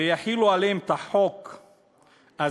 ויחילו עליהם את החוק הזה?